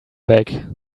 back